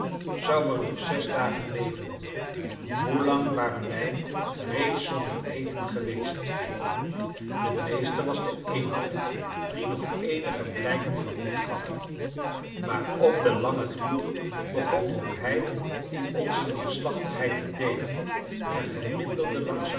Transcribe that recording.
zou er nog zes dagen leven hoelang waren wij reeds zonder eten geweest de meester was de eenige die nog eenige blijken van moed gaf maar op den langen duur begon ook hij in onze neerslachtigheid te deelen en verminderde